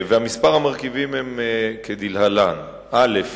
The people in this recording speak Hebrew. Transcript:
והמרכיבים הם כדלהלן: א.